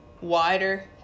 wider